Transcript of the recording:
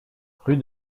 rue